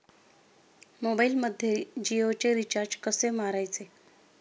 मोबाइलमध्ये जियोचे रिचार्ज कसे मारायचे?